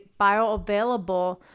bioavailable